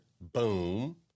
boom